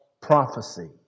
prophecy